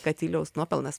katiliaus nuopelnas